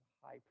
high